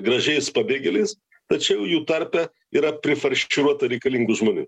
gražiais pabėgėliais tačiau jų tarpe yra prifarširuota reikalingų žmonių